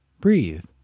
Breathe